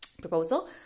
proposal